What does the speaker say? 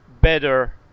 better